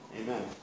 amen